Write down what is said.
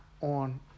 on